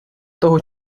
того